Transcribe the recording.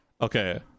okay